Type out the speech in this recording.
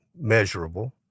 measurable